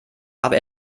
aber